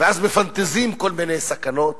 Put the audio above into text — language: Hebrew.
ואז מפנטזים כל מיני סכנות